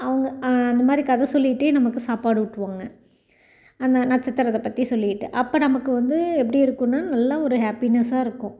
அவங்க அந்த மாதிரி கதை சொல்லிகிட்டே நமக்கு சாப்பாடு ஊட்டுவாங்க அந்த நட்சத்திரத்தை பற்றி சொல்லிவிட்டு அப்போ நமக்கு வந்து எப்படி இருக்கும்ன்னா நல்லா ஒரு ஹாப்பினஸ்ஸாக இருக்கும்